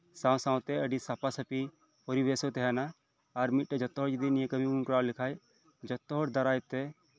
ᱥᱟᱶ ᱥᱟᱶᱛᱮ ᱟᱹᱰᱤ ᱥᱟᱯᱷᱟ ᱥᱟᱹᱯᱷᱤ ᱯᱚᱨᱤᱵᱮᱥ ᱦᱚᱸ ᱛᱟᱸᱦᱮᱱᱟ ᱟᱨ ᱢᱤᱫᱴᱮᱡ ᱡᱚᱛᱚᱦᱚᱲ ᱡᱚᱫᱤ ᱱᱤᱭᱟᱹ ᱠᱟᱹᱢᱤ ᱵᱚᱱ ᱠᱚᱨᱟᱣ ᱞᱮᱠᱷᱟᱡ ᱡᱚᱛᱚ ᱦᱚᱲ ᱫᱟᱨᱟᱭᱛᱮ